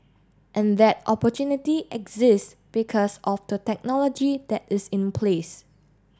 and that opportunity exist because of the technology that is in place